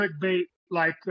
clickbait-like